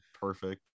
perfect